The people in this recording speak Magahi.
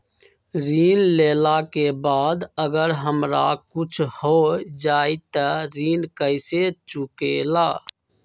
ऋण लेला के बाद अगर हमरा कुछ हो जाइ त ऋण कैसे चुकेला?